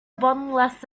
bottomless